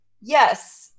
Yes